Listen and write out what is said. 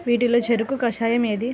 వీటిలో చెరకు కషాయం ఏది?